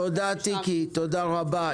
תיקי, תודה רבה.